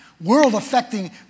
world-affecting